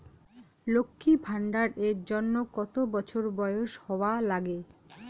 লক্ষী ভান্ডার এর জন্যে কতো বছর বয়স হওয়া লাগে?